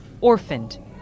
orphaned